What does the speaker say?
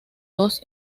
dos